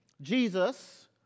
Jesus